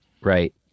Right